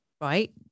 right